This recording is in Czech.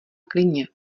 klidně